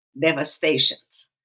devastations